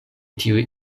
tiuj